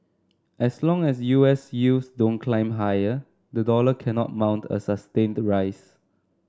as long as U S yields don't climb higher the dollar cannot mount a sustained rise